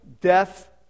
death